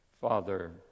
Father